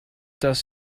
dass